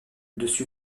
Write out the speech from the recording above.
dessus